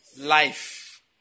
Life